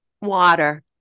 Water